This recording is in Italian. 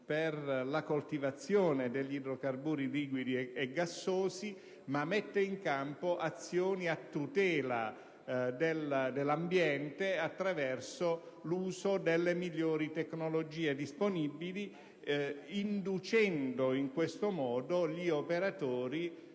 per la coltivazione degli idrocarburi liquidi e gassosi, ma anche mettendo in campo azioni a tutela dell'ambiente, attraverso l'uso delle migliori tecnologie disponibili, e inducendo in questo modo gli operatori